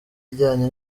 ijyanye